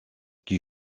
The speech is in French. qui